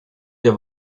der